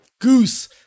Goose